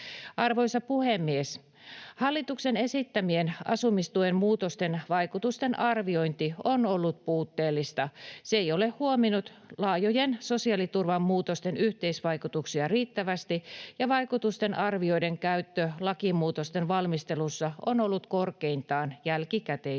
Arvoisa puhemies! Hallituksen esittämien asumistuen muutosten vaikutustenarviointi on ollut puutteellista. Se ei ole huomioinut laajojen sosiaaliturvamuutosten yhteisvaikutuksia riittävästi, ja vaikutustenarvioiden käyttö lakimuutosten valmistelussa on ollut korkeintaan jälkikäteistä.